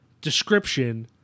description